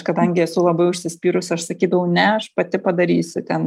kadangi esu labai užsispyrus aš sakydavau ne aš pati padarysiu ten